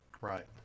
Right